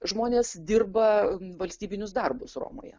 žmonės dirba valstybinius darbus romoje